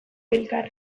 elkar